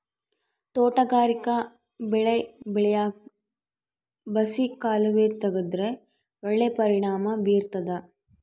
ತೋಟಗಾರಿಕಾ ಬೆಳೆ ಬೆಳ್ಯಾಕ್ ಬಸಿ ಕಾಲುವೆ ತೆಗೆದ್ರ ಒಳ್ಳೆ ಪರಿಣಾಮ ಬೀರ್ತಾದ